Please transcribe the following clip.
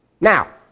now